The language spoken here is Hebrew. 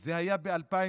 זה היה ב-2016,